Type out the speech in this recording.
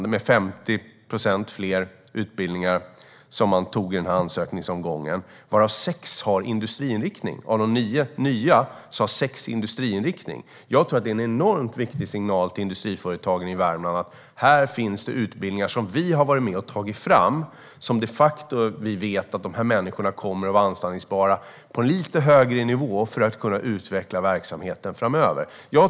Det blev 50 procent fler utbildningar den här ansökningsomgången. Av de nio nya har sex industriinriktning. Jag tror att detta är en enormt viktig signal till industriföretagen i Värmland: Här finns det utbildningar som företagen själva har varit med och tagit fram, och vi vet att dessa människor kommer att vara anställbara på lite högre nivå för att kunna utveckla verksamheten framöver.